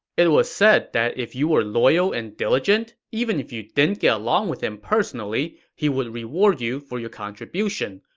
it was said that if you were loyal and diligent, even if you didn't get along with him personally, he would reward you for your contribution,